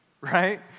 right